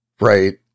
right